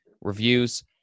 reviews